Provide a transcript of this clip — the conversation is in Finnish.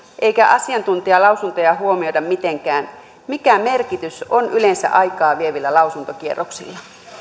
eikä asiantuntijalausuntoja huomioida mitenkään mikä merkitys yleensä on aikaavievillä lausuntokierroksilla